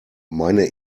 meine